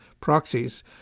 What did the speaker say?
proxies